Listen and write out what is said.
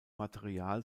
material